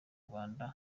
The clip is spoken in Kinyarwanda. rwanda